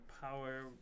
power